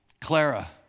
Clara